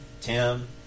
Tim